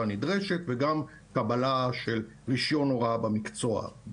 הנדרשת וגם קבלה של רישיון הוראה במקצוע.